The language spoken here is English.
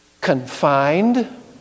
confined